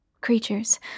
creatures